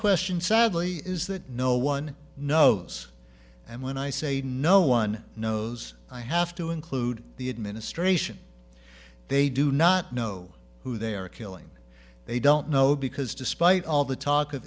question sadly is that no one knows and when i say no one knows i have to include the administration they do not know who they are killing they don't know because despite all the talk of